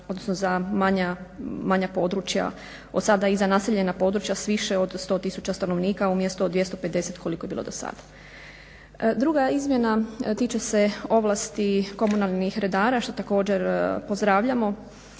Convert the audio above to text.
raditi i za manja područja od sada i za naseljena područja s više od 100 stanovnika umjesto 250 koliko je bilo do sada. Druga izmjena tiče se ovlasti komunalnih redara što također pozdravljamo.